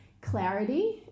clarity